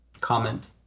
comment